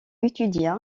étudia